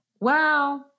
wow